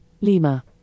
Lima